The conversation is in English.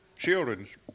Children's